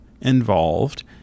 involved